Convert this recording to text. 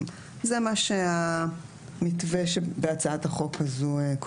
- זה המתווה שנקבע בהצעת החוק הזו.